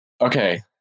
Okay